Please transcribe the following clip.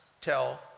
tell